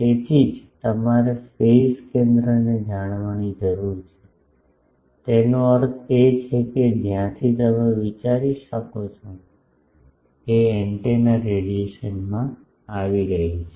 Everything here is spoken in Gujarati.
તેથી જ તમારે ફેઝ કેન્દ્રને જાણવાની જરૂર છે તેનો અર્થ એ છે કે જ્યાંથી તમે વિચારી શકો છો કે એન્ટેના રેડિયેશન આવી રહી છે